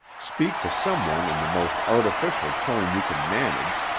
speak to some one in the most artificial tone you can manage,